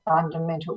fundamental